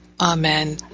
Amen